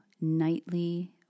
nightly